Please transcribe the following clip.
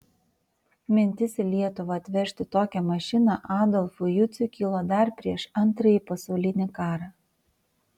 mintis į lietuvą atvežti tokią mašiną adolfui juciui kilo dar prieš antrąjį pasaulinį karą